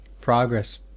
progress